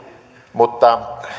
mutta